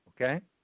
Okay